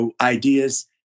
ideas